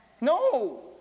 No